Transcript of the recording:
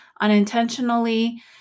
unintentionally